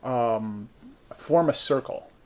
um form a circle.